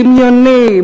דמיוני,